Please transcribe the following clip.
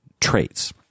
traits